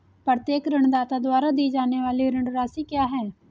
प्रत्येक ऋणदाता द्वारा दी जाने वाली ऋण राशि क्या है?